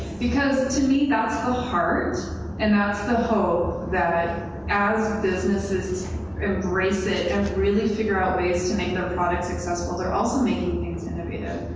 because to me, that's the heart and that's the hope that as businesses embrace it and really figure out ways to make their products accessible, they're also making things innovative.